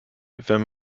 wenn